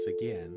again